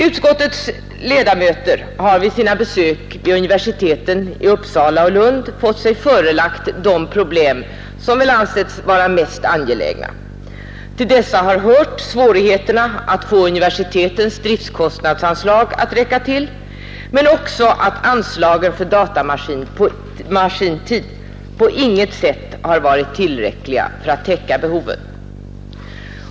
Utskottets ledamöter har vid sina besök vid universiteten i Uppsala och Lund fått sig förelagda de problem som väl ansetts mest angelägna. Till dessa har hört svårigheterna att få universitetens driftkostnadsanslag att räcka till men också att anslagen för datamaskintid på inget sätt har varit tillräckliga för att täcka behoven.